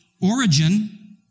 origin